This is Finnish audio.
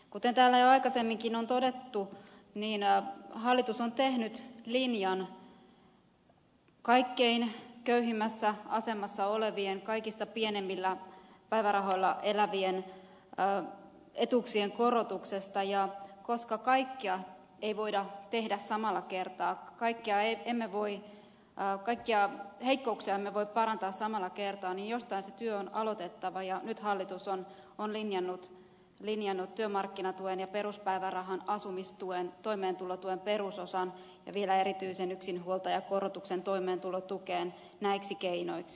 kuten täällä jo aikaisemminkin on todettu niin hallitus on tehnyt linjan kaikkein köyhimmässä asemassa olevien kaikista pienimmillä päivärahoilla elävien etuuksien korotuksesta ja koska kaikkea ei voida tehdä samalla kertaa kaikkia heikkouksia emme voi parantaa samalla kertaa niin jostain se työ on aloitettava ja nyt hallitus on linjannut työmarkkinatuen ja peruspäivärahan asumistuen toimeentulotuen perusosan ja vielä erityisen yksinhuoltajakorotuksen toimeentulotukeen näiksi keinoiksi